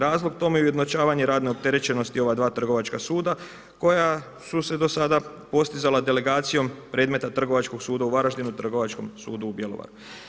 Razlog tome je ujednačavanje radne opterećenosti ova dva trgovačka suda koja su se do sada postizala delegacijom predmeta Trgovačkog suda u Varaždinu Trgovačkom sudu u Bjelovaru.